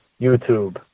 YouTube